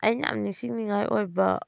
ꯑꯩꯅ ꯌꯥꯝ ꯅꯤꯡꯁꯤꯡ ꯅꯤꯡꯉꯥꯏ ꯑꯣꯏꯕ